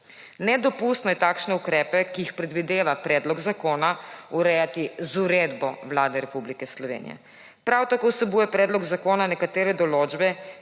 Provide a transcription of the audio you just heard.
»Nedopustno je takšne ukrepe, ki jih predvideva predlog zakona, urejati z uredbo Vlade Republike Slovenije. Prav tako vsebuje predlog zakona nekatere določbe,